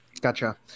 Gotcha